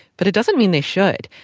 but it doesn't mean they should.